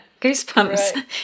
Goosebumps